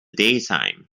daytime